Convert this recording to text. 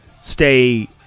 stay